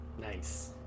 Nice